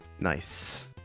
nice